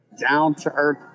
down-to-earth